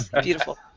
Beautiful